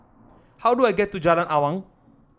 how do I get to Jalan Awang